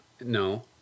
No